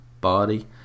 body